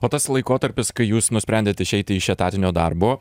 o tas laikotarpis kai jūs nusprendėt išeiti iš etatinio darbo